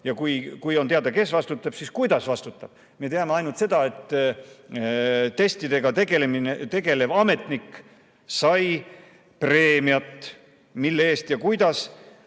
ja kui on teada, kes vastutab, siis kuidas vastutab. Me teame ainult seda, et testidega tegelev ametnik sai preemiat. Mille eest ja kuidas